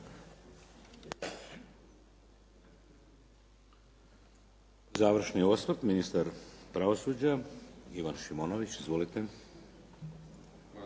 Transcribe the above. Završni osvrt ministra pravosuđa Ivan Šimonović. Izvolite.